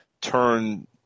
turn